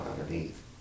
underneath